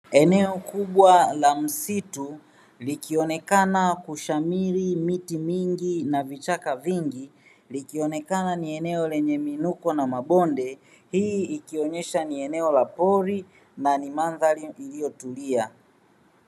Eneo kubwa la msitu, likionekana kushamiri miti mingi na vichaka vingi, likionekana ni eneo lenye miinuko na mabonde. Hii ikionyesha ni eneo la pori na ni mandhari iliyotulia.